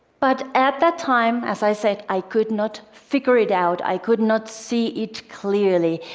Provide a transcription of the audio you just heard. but at that time, as i said, i could not figure it out, i could not see it clearly.